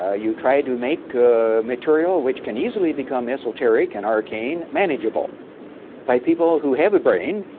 ah you try to make material which can easily become esoteric and arcane manageable by people who have a brain,